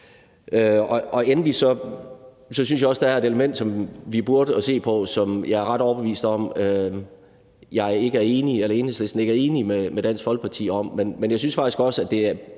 Endelig synes jeg også, der er et element, som vi burde se på, og som jeg er ret overbevist om Enhedslisten ikke er enig med Dansk Folkeparti om,